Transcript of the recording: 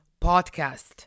Podcast